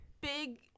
big